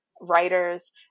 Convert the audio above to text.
writers